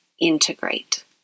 integrate